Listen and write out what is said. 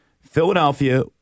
Philadelphia